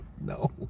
No